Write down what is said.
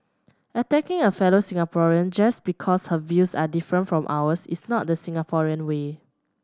attacking a fellow Singaporean just because her views are different from ours is not the Singaporean way